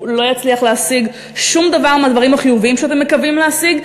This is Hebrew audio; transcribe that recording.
הוא לא יצליח להשיג שום דבר מהדברים החיוביים שאתם מקווים להשיג.